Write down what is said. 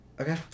Okay